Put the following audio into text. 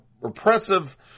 repressive